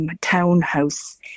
townhouse